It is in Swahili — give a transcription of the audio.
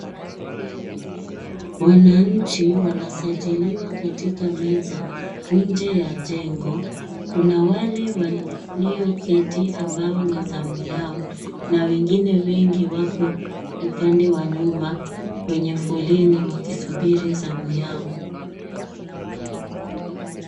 Wananchi wanasajiliwa katika meza nje ya jengo. Kuna wale walioketi ambao ni zamu yao na wengine wengi wapo upande wa nyuma kwenye foleni wakisubiri zamu yao.